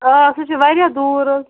آ سُہ چھُ واریاہ دوٗر حظ